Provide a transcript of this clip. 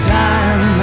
time